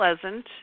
pleasant